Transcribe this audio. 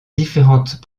différentes